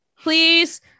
please